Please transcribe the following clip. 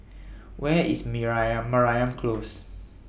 Where IS Mariam Close